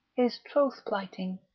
his troth-plighting,